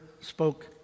spoke